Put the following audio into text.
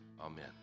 amen